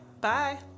bye